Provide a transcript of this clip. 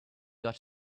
got